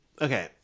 Okay